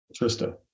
Trista